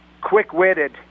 quick-witted